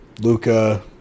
Luca